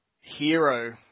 hero